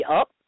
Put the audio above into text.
up